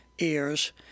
ears